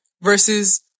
versus